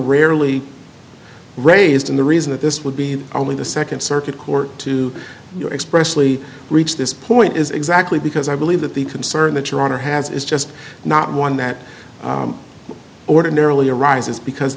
rarely raised in the reason that this would be only the second circuit court to your expressly reach this point is exactly because i believe that the concern that your honor has is just not one that ordinarily arises because